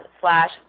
slash